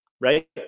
right